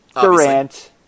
Durant